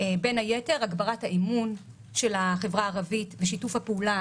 בין היתר הגברת האמון של החברה הערבית ושיתוף הפעולה